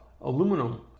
aluminum